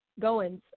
Goins